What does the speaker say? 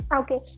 okay